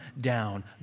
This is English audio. down